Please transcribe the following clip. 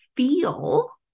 feel